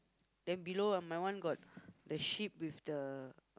then below uh my one got the sheep with the